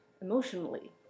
emotionally